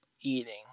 eating